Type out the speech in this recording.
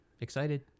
excited